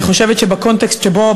אני חושבת שבקונטקסט שבו,